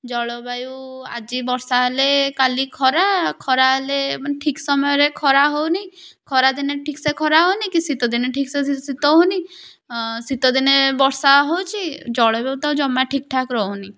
ଜଳବାୟୁ ଆଜି ବର୍ଷା ହେଲେ କାଲି ଖରା ଖରା ହେଲେ ମାନେ ଠିକ୍ ସମୟରେ ଖରା ହେଉନି ଖରାଦିନେ ଠିକ୍ସେ ଖରା ହେଉନି କି ଶୀତ ଦିନେ ଠିକ୍ସେ ଶୀତ ହେଉନି ଶୀତ ଦିନେ ବର୍ଷା ହେଉଛି ଜଳବାୟୁ ତ ଆଉ ଜମା ଠିକ୍ ଠାକ୍ ରହୁନି